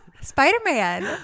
spider-man